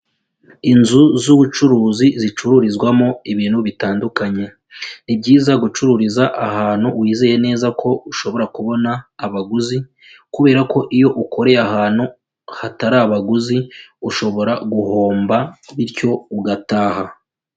Inzu z'ubucuruzi zicururizwamo ibintu bitandukanye ni byiza gucururiza ahantu wizeye neza ko ushobora kubona abaguzi, kubera ko iyo ukoreye ahantu hatari abaguzi ushobora guhomba bityo ugataha.